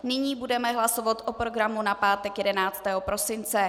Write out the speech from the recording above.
Nyní budeme hlasovat o programu na pátek 11. prosince.